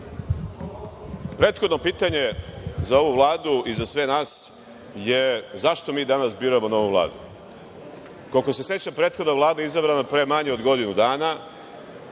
Prethodno pitanje za ovu Vladu i za sve nas je zašto mi danas biramo novu Vladu? Koliko se sećam, prethodna Vlada je izabrana pre manje od godinu dana